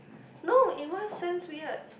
no in what sense weird